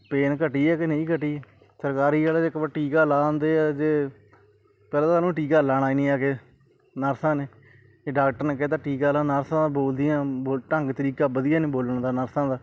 pain ਘਟੀ ਹੈ ਕਿ ਨਹੀਂ ਘਟੀ ਸਰਕਾਰੀ ਵਾਲੇ ਜੇ ਇਕ ਵਾਰ ਟੀਕਾ ਲਾ ਦਿੰਦੇ ਆ ਜੇ ਪਹਿਲਾਂ ਤਾਂ ਸਾਨੂੰ ਟੀਕਾ ਲਾਣਾ ਹੀ ਨਹੀਂ ਆ ਕੇ ਨਰਸਾਂ ਨੇ ਜੇ ਡਾਕਟਰ ਨੇ ਕਹਿ ਤਾ ਟੀਕਾ ਲਾਓ ਨਰਸਾਂ ਬੋਲਦੀਆਂ ਬੋ ਢੰਗ ਤਰੀਕਾ ਵਧੀਆ ਨਹੀਂ ਬੋਲਣ ਦਾ ਨਰਸਾਂ ਦਾ